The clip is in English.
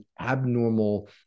abnormal